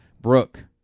Brooke